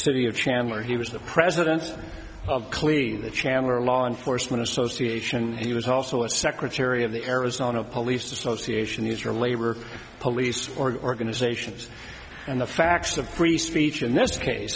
city of chandler he was the president clearly the chamar law enforcement association he was also a secretary of the arizona police association these are labor police organizations and the facts of free speech in this case